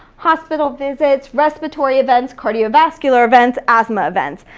hospital visits, respiratory events, cardiovascular events, asthma events.